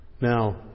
Now